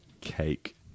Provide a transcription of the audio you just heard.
Cake